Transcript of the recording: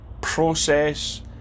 process